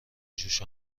جوش